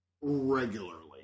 regularly